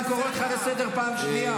אני קורא אותך לסדר בפעם השנייה.